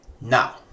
now